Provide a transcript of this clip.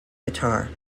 guitar